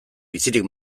bizirik